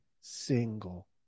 single